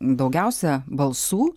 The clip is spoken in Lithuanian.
daugiausia balsų